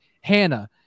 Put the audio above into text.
Hannah